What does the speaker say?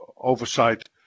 oversight